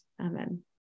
Amen